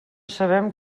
sabem